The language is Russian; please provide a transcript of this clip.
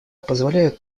позволяют